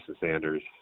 Sanders